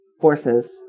forces